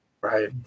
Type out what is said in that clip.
Right